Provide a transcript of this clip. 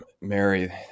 Mary